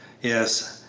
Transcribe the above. yes,